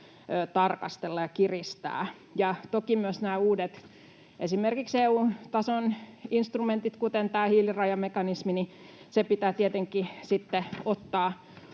tarkastella ja kiristää. Ja toki myös esimerkiksi nämä uudet EU:n tason instrumentit, kuten tämä hiilirajamekanismini, pitää tietenkin sitten ottaa